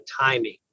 timing